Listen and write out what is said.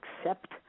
Accept